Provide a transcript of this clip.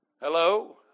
hello